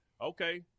okay